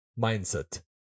mindset